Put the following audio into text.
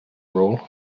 all